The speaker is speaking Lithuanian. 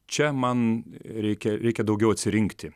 čia man reikia reikia daugiau atsirinkti